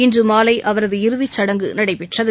இன்று மாலை அவரது இறுதிச்சடங்கு நடைபெற்றது